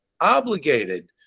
obligated